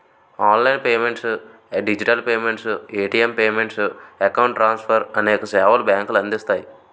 online payments digital payments, ATM payments, account transfer అనేక సేవలు బ్యాంకులు అందిస్తాయి